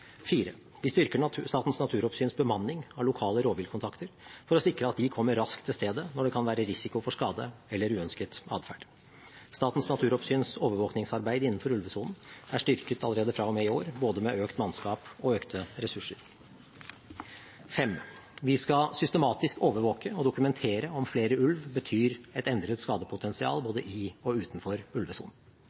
Vi styrker Statens naturoppsyns bemanning av lokale rovviltkontakter for å sikre at de kommer raskt til stedet når det kan være risiko for skade eller uønsket adferd. Statens naturoppsyns overvåkningsarbeid innenfor ulvesonen er styrket allerede fra og med i år, med både økt mannskap og økte ressurser. Vi skal systematisk overvåke og dokumentere om flere ulver betyr et endret skadepotensial både i og utenfor ulvesonen.